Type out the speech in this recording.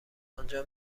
آنجا